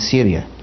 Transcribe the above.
Syria